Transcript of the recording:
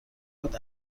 بود